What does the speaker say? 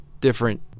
different